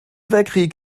weltkrieg